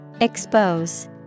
Expose